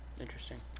Interesting